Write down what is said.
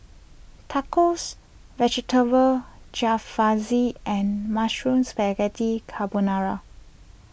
Tacos Vegetable Jalfrezi and Mushroom Spaghetti Carbonara